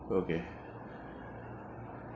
okay